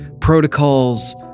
protocols